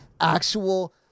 actual